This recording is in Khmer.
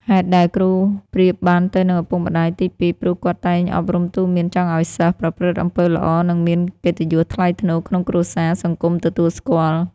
ហេតុដែល គ្រូប្រៀបបានទៅនឹងឱពុកម្តាយទីពីរព្រោះគាត់តែងអប់រំទូន្មានចង់ឱ្យសិស្សប្រព្រឹត្តអំពើល្អ និងមានកិត្តិយសថ្លៃថ្នូរក្នុងគ្រួសារ សង្គមទទួលស្គាល់។